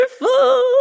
Wonderful